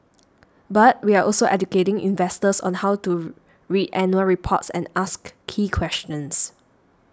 but we're also educating investors on how to read annual reports and ask key questions